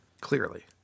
clearly